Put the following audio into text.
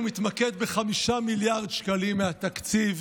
הוא מתמקד ב-5 מיליארד שקלים מהתקציב